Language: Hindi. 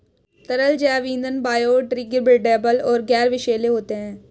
तरल जैव ईंधन बायोडिग्रेडेबल और गैर विषैले होते हैं